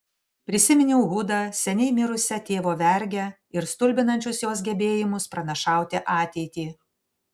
prisiminiau hudą seniai mirusią tėvo vergę ir stulbinančius jos gebėjimus pranašauti ateitį